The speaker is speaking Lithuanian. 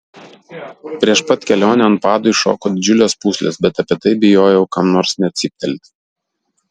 prieš pat kelionę ant padų iššoko didžiulės pūslės bet apie tai bijojau kam nors net cyptelti